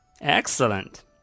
Excellent